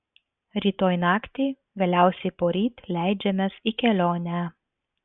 rytoj naktį vėliausiai poryt leidžiamės į kelionę